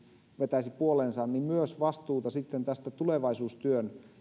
vetäisi puoleensa myös vastuuta sitten tästä tulevaisuustyön